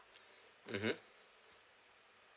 mmhmm